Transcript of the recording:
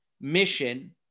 Mission